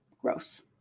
Gross